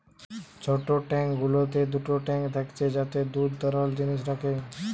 ছোট ট্যাঙ্ক গুলোতে দুটো ট্যাঙ্ক থাকছে যাতে দুধ তরল জিনিস রাখে